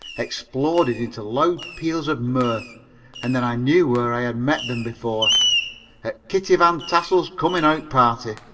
exploded into loud peals of mirth and then i knew where i had met them before at kitty van tassel's coming out party,